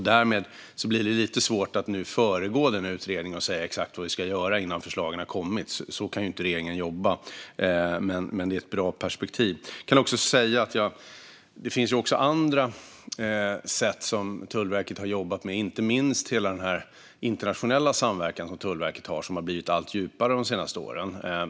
Det är lite svårt att nu föregå utredningen och säga exakt vad vi ska göra innan förslagen har kommit; så kan inte regeringen jobba. Men det är ett bra perspektiv. Det finns också andra sätt som Tullverket har jobbat med, inte minst med den internationella samverkan som Tullverket har och som har blivit allt djupare de senaste åren.